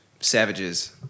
Savages